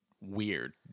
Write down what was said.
weird